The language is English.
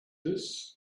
this